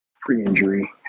pre-injury